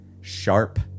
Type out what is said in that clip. sharp